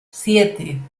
siete